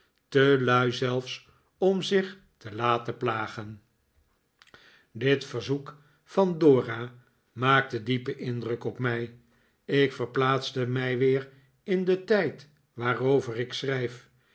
te lui zelfs om zich te laten plagen dit verzoek van dora maakte diepen indruk op mij ik verplaats mij weer in den tijd waarover ik schrijf